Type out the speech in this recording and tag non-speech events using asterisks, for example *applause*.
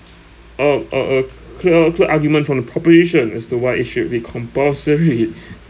a a a clear clear argument from the population as to why it should be compulsory *laughs* *breath*